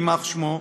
יימח שמו,